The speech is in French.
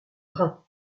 rein